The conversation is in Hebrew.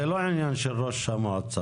זה לא העניין של ראש המועצה.